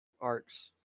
arcs